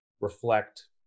reflect